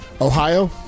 Ohio